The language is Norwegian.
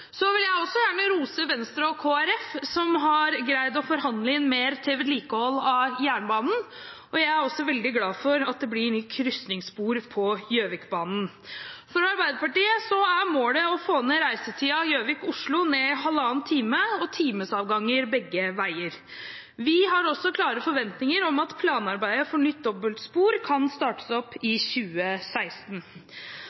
Så vil jeg også gjerne rose Venstre og Kristelig Folkeparti, som har greid å forhandle inn mer til vedlikehold av jernbanen, og jeg er også veldig glad for at det blir nytt krysningsspor på Gjøvikbanen. For Arbeiderpartiet er målet å få ned reisetiden Gjøvik–Oslo med halvannen time og timesavganger begge veier. Vi har også klare forventninger om at planarbeidet for nytt dobbeltspor kan startes opp i 2016.